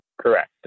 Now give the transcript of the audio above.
Correct